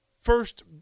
first